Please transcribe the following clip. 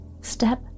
step